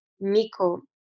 Miko